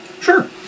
Sure